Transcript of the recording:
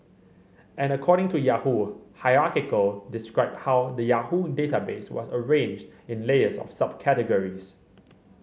and according to Yahoo hierarchical described how the Yahoo database was arranged in layers of subcategories